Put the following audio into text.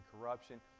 corruption